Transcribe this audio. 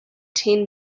ten